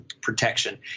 protection